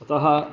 अतः